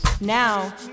Now